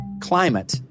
Climate